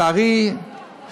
יש בן-אדם שלצערי שוכב,